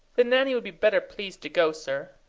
then nanny would be better pleased to go, sir.